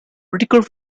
critical